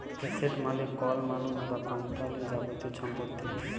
asset মালে কল মালুস বা কম্পালির যাবতীয় ছম্পত্তি